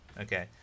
Okay